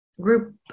group